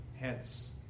hence